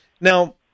Now